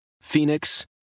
Phoenix